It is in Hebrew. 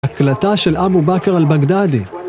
הקלטה של אבו בכר אל-בגדאדי